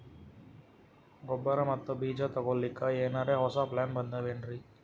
ಗೊಬ್ಬರ ಮತ್ತ ಬೀಜ ತೊಗೊಲಿಕ್ಕ ಎನರೆ ಹೊಸಾ ಪ್ಲಾನ ಬಂದಾವೆನ್ರಿ?